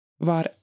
var